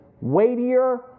weightier